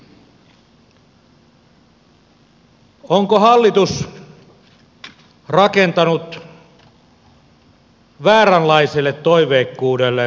onko hallitus rakentanut vääränlaiselle toiveikkuudelle budjetin